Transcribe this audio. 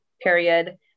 period